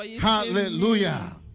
Hallelujah